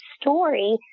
story